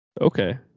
Okay